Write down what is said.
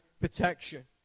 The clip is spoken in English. protection